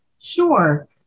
Sure